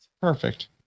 Perfect